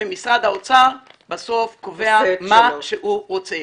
ומשרד האוצר קובע בסוף מה שהוא רוצה.